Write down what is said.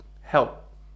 help